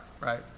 right